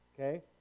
Okay